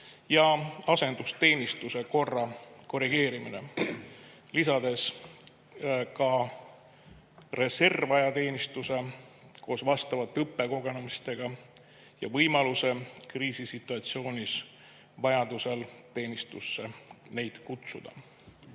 ja asendusteenistuse korra korrigeerimine, lisades ka reservajateenistuse koos vastavate õppekogunemistega ja võimaluse kriisisituatsioonis vajadusel teenistusse neid kutsuda.